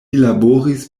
laboris